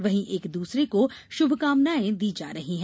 वहीं एक दूसरे को शुभकामनाएं दी जा रही हैं